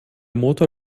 motor